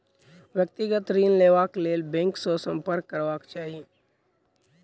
व्यक्तिगत ऋण लेबाक लेल बैंक सॅ सम्पर्क करबाक चाही